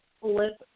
flip